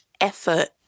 effort